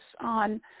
on